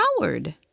Howard